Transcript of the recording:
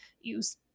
use